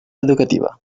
educativa